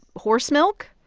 horse milk?